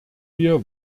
wir